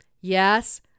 Yes